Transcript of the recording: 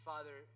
Father